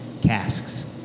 casks